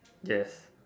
yes